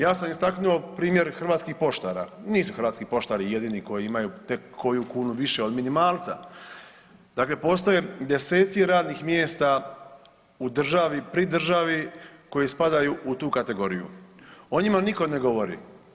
Ja sam istaknuo primjer hrvatskih poštara, nisu hrvatski poštari jedini koji imaju tek koju kunu više od minimalca, dakle postoje deseci radnih mjesta u državi pri državi koji spadaju u tu kategoriju, o njima niko ne govori.